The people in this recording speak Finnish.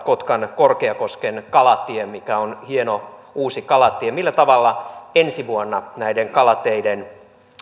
kotkan korkeakosken kalatien joka on hieno uusi kalatie millä tavalla ensi vuonna näiden kalateiden